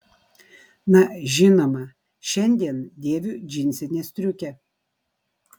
na žinoma šiandien dėviu džinsinę striukę